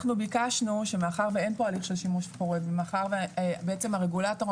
אנחנו ביקשנו שמאחר ואין כאן הליך של שימוש חורג ומאחר ובעצם הרגולטור,